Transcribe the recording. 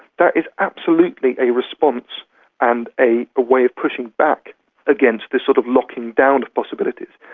that is absolutely a response and a a way of pushing back against this sort of locking-down of possibilities.